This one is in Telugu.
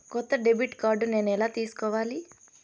కొత్త డెబిట్ కార్డ్ నేను ఎలా తీసుకోవాలి?